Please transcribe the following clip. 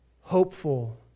hopeful